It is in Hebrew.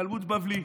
תלמוד בבלי,